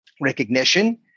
recognition